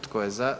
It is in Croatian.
Tko je za?